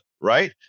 right